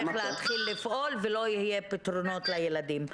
להתחיל לפעול ולא יהיו פתרונות לילדים.